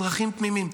אזרחים תמימים,